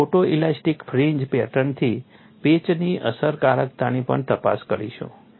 આપણે photoelastic fringe પેટર્નથી પેચની અસરકારકતાની પણ તપાસ કરીશું